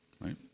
right